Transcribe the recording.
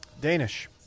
Danish